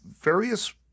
various